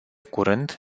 curând